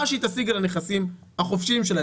מה שהיא תשיג על הנכסים החופשיים שלה,